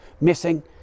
missing